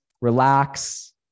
relax